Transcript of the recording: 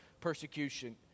persecution